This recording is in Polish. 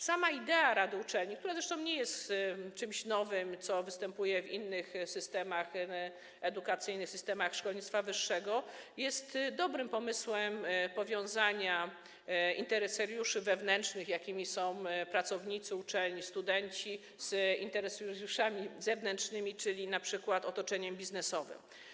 Sama idea rady uczelni, która zresztą nie jest czymś nowym, występuje w innych systemach edukacyjnych, systemach szkolnictwa wyższego, jest dobrym pomysłem powiązania interesariuszy wewnętrznych, jakimi są pracownicy uczelni, studenci, z interesariuszami zewnętrznymi, czyli np. z otoczeniem biznesowym.